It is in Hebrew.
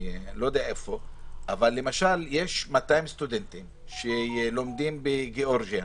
אבל יש למשל 200 סטודנטים שלומדים בגיאורגיה,